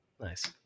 Nice